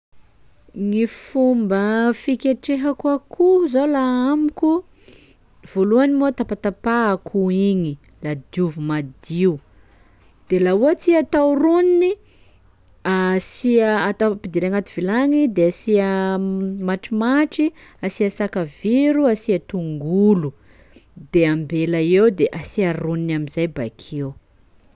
Gny fomba fiketrehako akoho zao laha amiko: voalohany moa tapatapaha akoho igny, la diovy madio; de laha ohatsy i atao rony, asia atao ampidiry agnaty vilagny de asia matrimatry, asia sakaviro, asia tongolo, de ambela eo de asia rony am'izay bakeo.